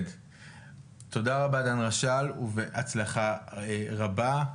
תודה רבה דן רשל, ובהצלחה רבה.